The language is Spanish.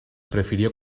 prefirió